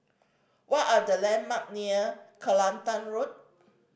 what are the landmark near Kelantan Road